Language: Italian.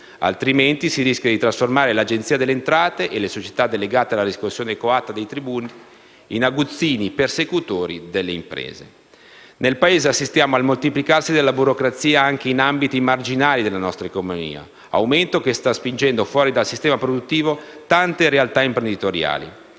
altrimenti si rischia di trasformare l'Agenzia delle entrate e le società delegate alla riscossione coatta dei tributi in aguzzini persecutori delle imprese. Nel Paese assistiamo al moltiplicarsi della burocrazia anche in ambiti marginali della nostra economia e tale aumento sta spingendo fuori dal sistema produttivo tante realtà imprenditoriali.